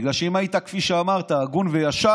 בגלל שאם היית, כפי שאמרת, הגון וישר,